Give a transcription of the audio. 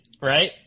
right